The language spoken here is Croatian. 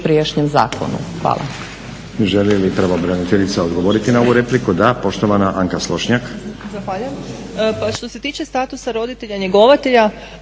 prijašnjem zakonu. Hvala.